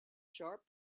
sharp